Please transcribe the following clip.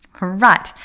right